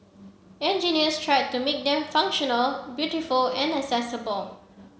engineers tried to make them functional beautiful and accessible